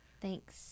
thanks